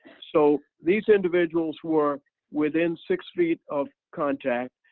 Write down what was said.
so these individuals were within six feet of contact.